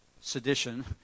sedition